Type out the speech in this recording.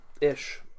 ish